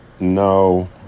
No